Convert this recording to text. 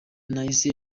nahise